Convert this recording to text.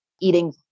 eating